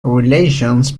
relations